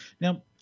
Now